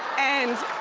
and,